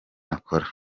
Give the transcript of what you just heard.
akora